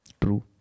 True